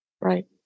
right